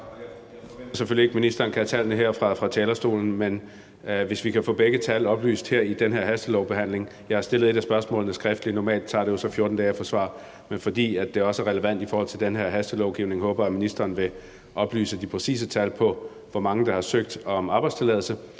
Jeg forventer selvfølgelig ikke, at ministeren kan tallene her fra talerstolen, men det kunne være godt at få begge tal oplyst i den her hastelovbehandling. Jeg har stillet et af spørgsmålene skriftligt, og normalt tager det jo så 14 dage at få svar, men fordi det er relevant i forhold til den her hastelovgivning, håber jeg, at ministeren vil oplyse de præcise tal for, hvor mange der har søgt om arbejdstilladelse,